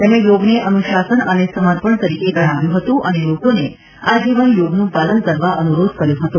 તેમણે યોગને અનુશાસન અને સમર્પણ તરીકે ગણાવ્યું હતું અને લોકોને આજીવન યોગનું પાલન કરવા અનુરોધ કર્યો હતો